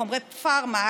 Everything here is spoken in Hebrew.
חומרי פארמה,